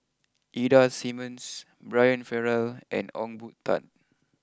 Ida Simmons Brian Farrell and Ong Boon Tat